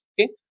okay